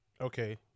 Okay